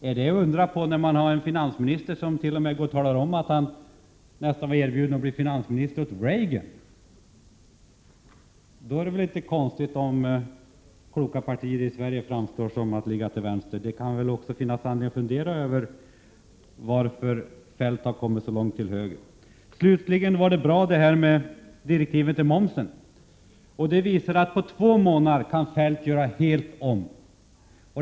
Är det att undra på när man har en finansminister som går och talar om att han nästan var erbjuden att bli finansminister åt Reagan? Då är det väl inte konstigt om kloka partier i Sverige förefaller ligga till vänster. Det kan väl också finnas anledning att fundera över varför Kjell-Olof Feldt har kommit så långt till höger. Slutligen vill jag säga att det här med direktiven om momsen var bra. Det visar att Kjell-Olof Feldt kan göra helt om på två månader.